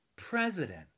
President